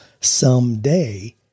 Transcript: someday